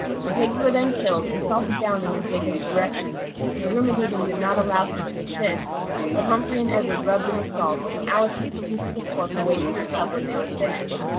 the pigs were then killed, and salted down under jacob's directions his rheumatism did not allow him to assist, but humphrey and edward rubbed in the salt, and alice took the pieces of pork away to the tub when they were finished.